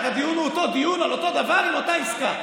אז הדיון הוא אותו דיון על אותו דבר עם אותה עסקה.